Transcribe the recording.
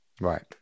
right